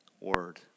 word